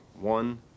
one